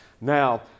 Now